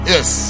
Yes